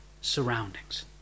surroundings